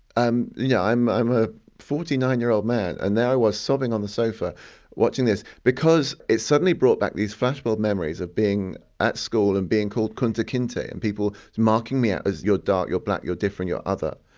i'm yeah i'm a forty nine year old man and there i was, sobbing on the sofa watching this, because it suddenly brought back these flashbulb memories of being at school and being called kunta kinte, and people marking me out as you're dark, you're black, you're different, you're other.